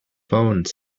phone